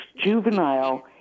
juvenile